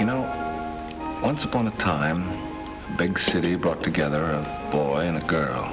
you know once upon a time big city brought together a boy and a girl